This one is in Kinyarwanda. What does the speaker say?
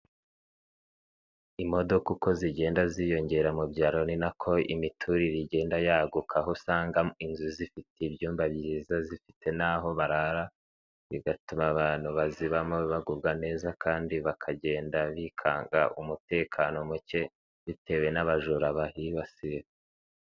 Imodoka uko zigenda ziyongera mu byaro ni nako imiturire igenda yaguka, aho usanga inzu zifite ibyumba byiza zifite n'aho barara, bigatuma abantu bazibamo bagubwa neza kandi bakagenda bikanga umutekano muke, bitewe n'abajura bahibasira.